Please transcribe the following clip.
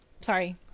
sorry